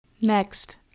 Next